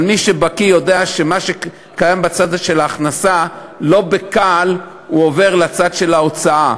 אבל מי שבקי יודע שמה שקיים בצד של ההכנסה לא בנקל עובר לצד של ההוצאה.